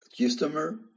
customer